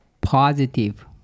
positive